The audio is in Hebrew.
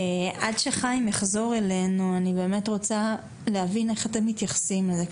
עד שחיים יחזור אלינו אני באמת רוצה להבין איך אתם מתייחסים לזה.